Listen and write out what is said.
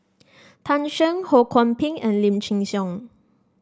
Tan Shen Ho Kwon Ping and Lim Chin Siong